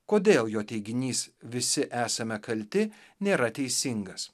kodėl jo teiginys visi esame kalti nėra teisingas